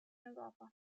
europa